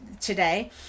today